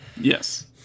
Yes